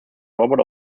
robert